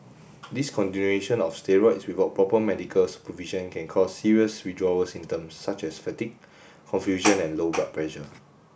discontinuation of steroid without proper medical supervision can cause serious withdrawal symptoms such as fatigue confusion and low blood pressure